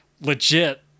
legit